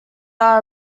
are